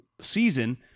season